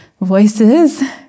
voices